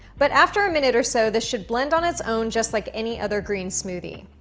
but after a minute or so this should blend on its own just like any other green smoothie.